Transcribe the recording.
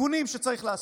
התיקונים שצריך לעשות,